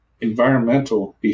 environmental